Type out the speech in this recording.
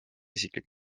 isiklik